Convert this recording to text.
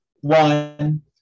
one